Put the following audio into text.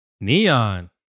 Neon